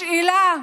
השאלה: